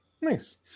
nice